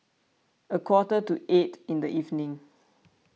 a quarter to eight in the evening